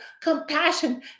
compassion